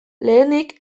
lehenik